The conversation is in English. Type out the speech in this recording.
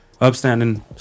upstanding